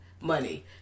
money